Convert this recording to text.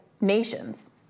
nations